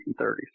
1930s